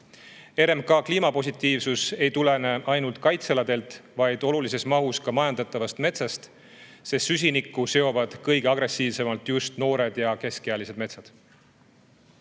RMK kliimapositiivsus ei tulene ainult kaitsealade [olemasolust], vaid olulises mahus ka majandatavatest metsadest, sest süsinikku seovad kõige agressiivsemalt just noored ja keskealised metsad.